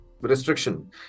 Restriction